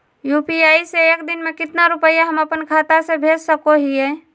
UPI से एक दिन में कितना रुपैया हम अपन खाता से भेज सको हियय?